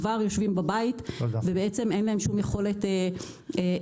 כבר יושבים בבית ואין להם שום יכולת להשתכר.